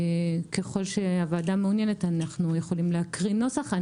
ככל שהוועדה מעוניינת אנחנו יכולים להקריא נוסח.